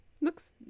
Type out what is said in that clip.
looks